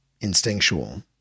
instinctual